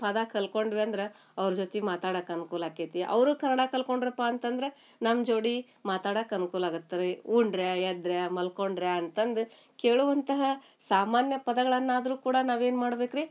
ಪದ ಕಲ್ತ್ಕೊಂಡ್ವಿ ಅಂದ್ರೆ ಅವ್ರ ಜೊತೆಗ್ ಮಾತಾಡಕ್ಕೆ ಅನುಕೂಲ ಆಕ್ಕೈತಿ ಅವರೂ ಕನ್ನಡ ಕಲ್ತ್ಕೊಂಡ್ರಪ್ಪ ಅಂತಂದರೆ ನಮ್ಮ ಜೋಡಿ ಮಾತಾಡಕ್ಕೆ ಅನುಕೂಲ ಆಗತ್ತೆ ರೀ ಉಂಡ್ರಾ ಎದ್ರಾ ಮಲ್ಕೊಂಡ್ರಾ ಅಂತಂದು ಕೇಳುವಂತಹ ಸಾಮಾನ್ಯ ಪದಗಳನ್ನಾದರೂ ಕೂಡ ನಾವೇನು ಮಾಡ್ಬೇಕು ರೀ